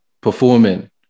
performing